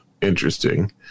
interesting